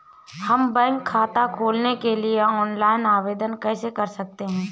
हम बैंक खाता खोलने के लिए ऑनलाइन आवेदन कैसे कर सकते हैं?